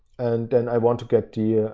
and then i want to get the ah